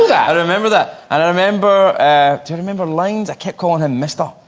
yeah i remember that. i don't remember do you remember lanes? i kept calling him. mr.